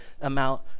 amount